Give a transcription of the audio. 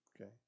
Okay